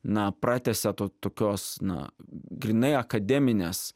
na pratęsia to tokios na grynai akademinės